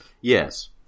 Yes